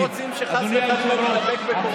לא רוצים שחס וחלילה תידבק בקורונה.